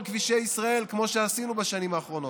כבישי ישראל כמו שעשינו בשנים האחרונות?